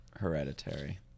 Hereditary